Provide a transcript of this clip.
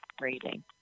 rating